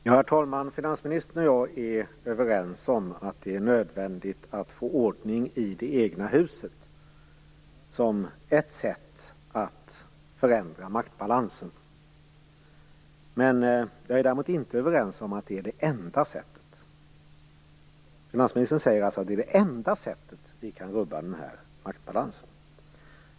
Herr talman! Finansministern och jag är överens om att det är nödvändigt att få ordning i det egna huset, som ett sätt att förändra maktbalansen. Men jag är däremot inte överens med honom om att det är det enda sättet. Finansministern säger att det är det enda sättet att rubba maktbalansen.